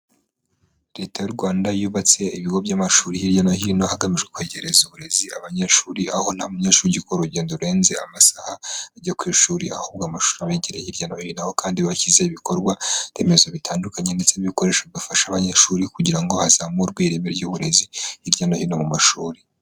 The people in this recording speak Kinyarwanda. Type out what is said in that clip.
Leta y'u Rwanda yubatse ibigo by'amashuri hirya no hino hagamijwe kwegereza uburezi abanyeshuri; aho nta munyeshuri ukora urugendo rurenze amasaha ajya ku ishuri, ahubwo amashuri abegere hirya no hino, kandi bashyize ibikorwa remezo bitandukanye ndetse n'ibikoresho bifasha abanyeshuri kugira ngo hazamurwe ireme ry'uburezi hirya no hino mu mashuri.